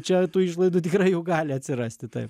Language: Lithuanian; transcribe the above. čia tų išlaidų tikrai jau gali atsirasti taip